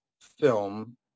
film